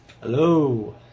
Hello